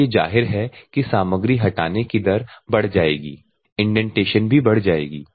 इसलिए जाहिर है कि सामग्री हटाने की दर बढ़ जाएगी इंडेंटेशन भी बढ़ जाएगी